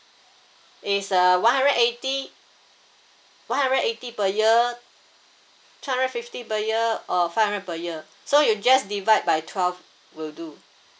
is a one hundred eighty one hundred eighty per year two hundred fifty per year or five hundred per year so you just divide by twelve will do